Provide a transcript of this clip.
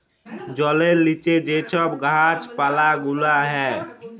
জলের লিচে যে ছব গাহাচ পালা গুলা হ্যয়